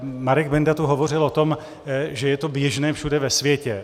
Marek Benda tu hovořil o tom, že je to běžné všude ve světě.